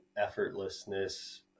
effortlessness